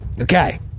Okay